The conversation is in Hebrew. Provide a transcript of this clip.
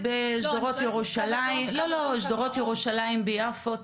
בשדרות ירושלים ביפו.